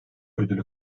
ödülü